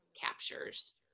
captures